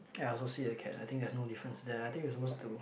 ya I also see the cat I think there's no difference there I think we are suppose to